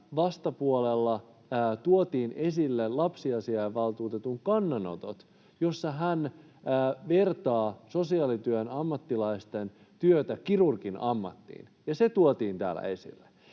vastapuolella tuotiin esille lapsiasiavaltuutetun kannanotot, joissa hän vertaa sosiaalityön ammattilaisten työtä kirurgin ammattiin. Se tuotiin täällä esille.